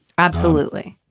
absolutely.